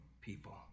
people